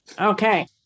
Okay